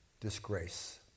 disgrace